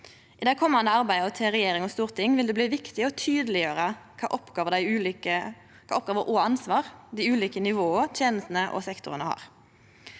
I det komande arbeidet til regjering og storting vil det bli viktig å tydeleggjere kva oppgåver og ansvar dei ulike nivåa, tenestene og sektorane har.